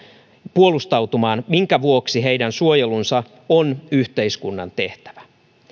puolustautumaan minkä vuoksi heidän suojelunsa on yhteiskunnan tehtävä